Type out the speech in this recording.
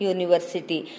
University